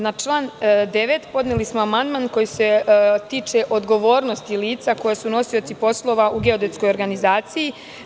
Na član 9. podneli smo amandman koji se tiče odgovornosti lica koja su nosioci poslova u geodetskoj organizaciji.